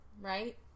right